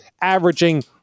averaging